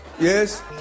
Yes